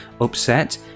upset